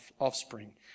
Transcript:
offspring